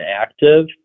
active